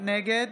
נגד